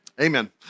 Amen